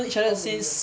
how many years